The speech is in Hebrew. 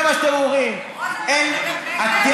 אבל אתם תפרידו בין ההון לשלטון?